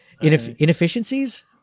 Inefficiencies